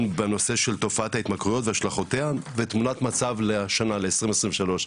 בנושא של תופעה ההתמכרויות והשלכותיה ותמונת מצב לשנה ל-2023.